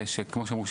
כמו שאמרו,